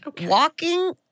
walking